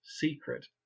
secret